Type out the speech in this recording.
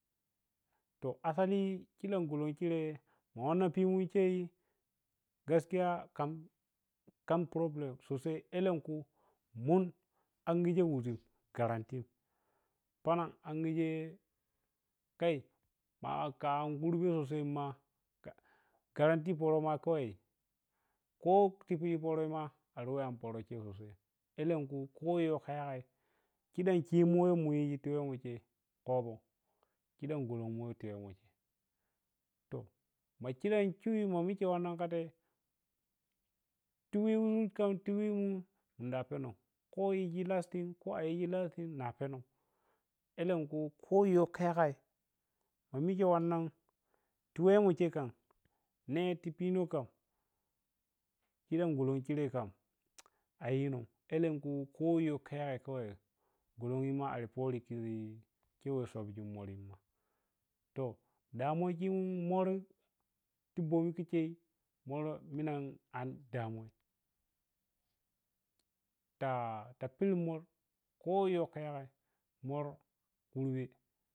To asali chidam golon cherei ma wanna pimu chei gaskiya kam kam problem sosai elenkui mun angije wuzin garatin panan angije kai maka an khurbe sosai ma garanti poro makwai koteyi poroma kari we an poroma sosai elenku koyaka yagai chidam chimu we muni yi ti wemo eho kopou chidom golon we ti wemo te ma chidom chei ma miccho wanna katei tiwingum chun ti wimu munda penin tiyi alstin ko aryi lastin ma penon elenkui koyowka yagai ma mucche wannan to wmeoche kam ni topino kam chidom golon chire kam yinom elenkui ko yowka yagau kawai weima ar poro chiminnu ko weh sauki mori ma to damuwa chimmun mor ti bomi kichei mor minan an damuwi ta pilimor koyowka yagai mor khurbe.